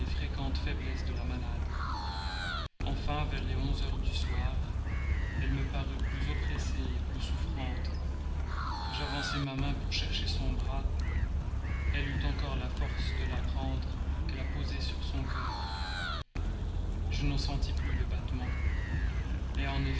fréquentes faiblesses de la malade enfin vers les onze heures du soir elle me parut plus oppressée plus souffrante j'avançai ma main pour chercher son bras elle eut encore la force de la prendre la posa sur son cœur je n'en sentis plus le battement en